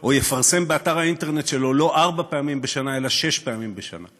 או יפרסם באתר האינטרנט שלו לא ארבע פעמים בשנה אלא שש פעמים בשנה.